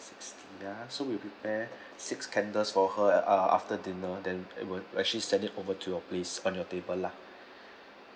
sixty ya so we will prepare six candles for her at uh after dinner then it will we actually send it over to your place on your table lah